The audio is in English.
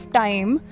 time